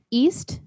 east